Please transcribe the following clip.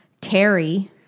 Terry